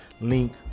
link